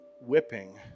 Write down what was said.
whipping